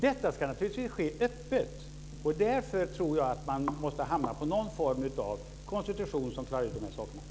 Detta ska naturligtvis ske öppet. Därför tror jag att man måste ha någon form av konstitution som klarar ut de här sakerna.